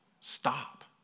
Stop